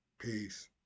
peace